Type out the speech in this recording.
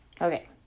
Okay